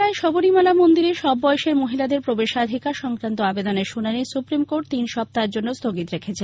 কেরালায় শবরীমালা মন্দিরে সব বয়সের মহিলাদের প্রবেশাধিকার সংক্রান্ত আবেদনের শুনানি সুপ্রিম কোর্ট তিন সপ্তাহের জন্য স্থগিত রেখেছে